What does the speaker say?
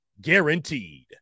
guaranteed